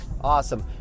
awesome